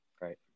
Right